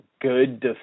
good